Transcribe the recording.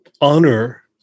honor